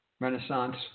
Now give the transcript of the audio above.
Renaissance